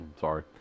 Sorry